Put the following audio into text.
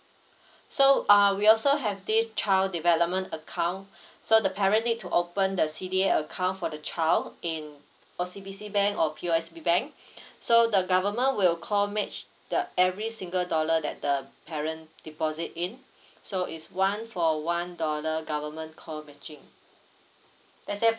so err we also have this child development account so the parent need to open the C_D_A account for the child in O_C_B_C bank or P_O_S_B bank so the government will co match err every single dollar that the parent deposit in so is one for one dollar government co matching let's say